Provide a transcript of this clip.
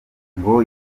ngo